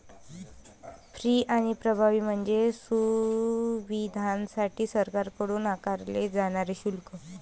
fee आणि प्रभावी म्हणजे सुविधांसाठी सरकारकडून आकारले जाणारे शुल्क